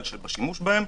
בשימוש בהם.